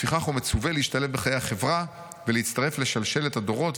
לפיכך הוא מצווה להשתלב בחיי החברה ולהצטרף לשלשלת הדורות,